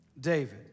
David